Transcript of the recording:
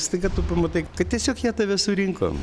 staiga tu pamatai kad tiesiog jie tave surinko